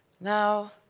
Now